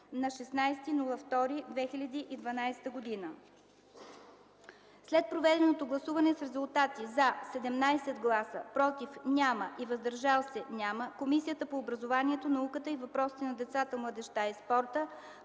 февруари 2012 г. След проведено гласуване с резултати: „за” - 17 гласа, „против” и „въздържали се” – няма, Комисията по образованието, науката и въпросите на децата, младежта и спорта